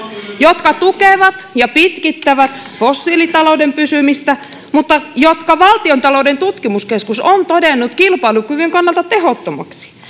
jotka tukevat ja pitkittävät fossiilitalouden pysymistä mutta jotka valtion taloudellinen tutkimuskeskus on todennut kilpailukyvyn kannalta tehottomiksi